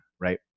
right